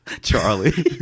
Charlie